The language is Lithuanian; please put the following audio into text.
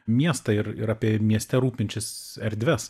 miestą ir ir apie mieste rūpinčias erdves